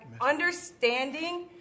understanding